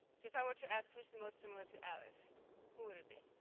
if i were to ask who's the most similar to alice who would it be.